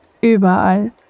Überall